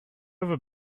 ever